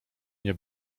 nie